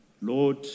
Lord